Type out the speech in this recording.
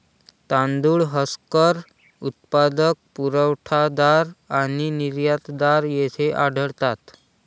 तांदूळ हस्कर उत्पादक, पुरवठादार आणि निर्यातदार येथे आढळतात